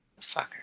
Fucker